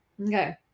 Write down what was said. Okay